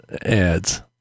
ads